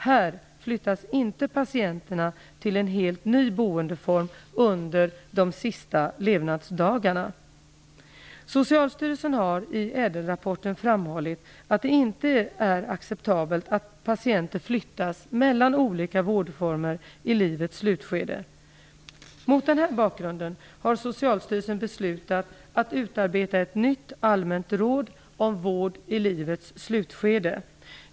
Här flyttas inte patienterna till en helt nya boendeform under de sista levnadsdagarna. Socialstyrelsen har i ÄDEL-rapporten framhållit att det inte är acceptabelt att patienter flyttas mellan olika vårdformer i livets slutskede. Mot den bakgrunden har Socialstyrelsen beslutat att utarbeta ett nytt Allmänt råd om vård i livets slutskede.